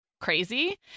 crazy